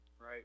right